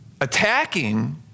attacking